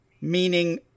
meaning